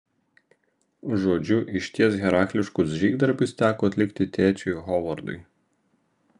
žodžiu išties herakliškus žygdarbius teko atlikti tėčiui hovardui